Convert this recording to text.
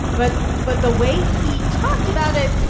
but but the way he talked about it